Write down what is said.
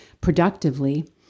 productively